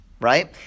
right